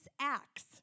acts